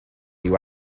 you